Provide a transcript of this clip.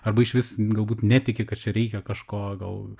arba išvis galbūt netiki kad čia reikia kažko gal